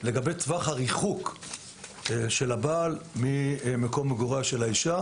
טווח המרחק של הבעל ממקום מגוריה של האישה